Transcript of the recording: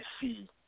see